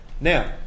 Now